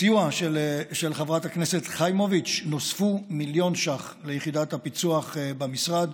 בסיועה של חברת הכנסת חיימוביץ' נוספו מיליון ש"ח ליחידת הפיצו"ח במשרד,